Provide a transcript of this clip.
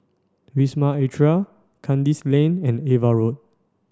Wisma Atria Kandis Lane and Ava Road